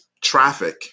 traffic